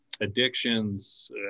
addictions